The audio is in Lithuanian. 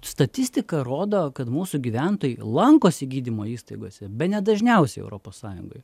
statistika rodo kad mūsų gyventojai lankosi gydymo įstaigose bene dažniausiai europos sąjungoje